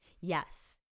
Yes